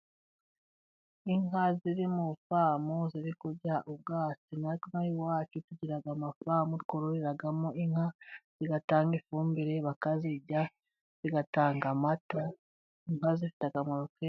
Inka ziriri mufamu ziri kurya ubwatsi, natwe iwacu tugira amafamu twororeramo inka zigatanga ifumbire, bakazirya, zigatanga n'amata. Inka zifite akamaro kenshi.